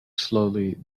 slowly